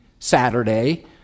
Saturday